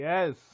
Yes